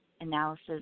analysis